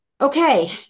Okay